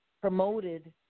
promoted